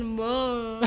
more